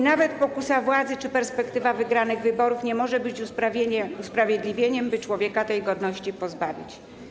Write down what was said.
Nawet pokusa władzy czy perspektywa wygranych wyborów nie może być usprawiedliwieniem tego, by człowieka tej godności pozbawić.